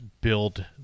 build